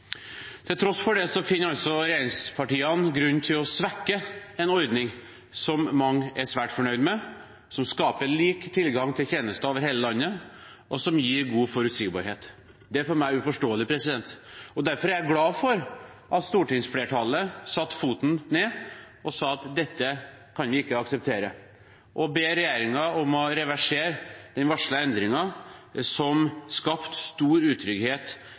Til tross for det finner altså regjeringspartiene grunn til å svekke en ordning som mange er svært fornøyd med, som skaper lik tilgang til tjenester over hele landet, og som gir god forutsigbarhet. Det er for meg uforståelig. Derfor er jeg glad for at stortingsflertallet satte foten ned, sa at dette kan vi ikke akseptere, og ba regjeringen om å reversere den varslede endringen, som skapte stor utrygghet